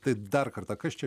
tai dar kartą kas čia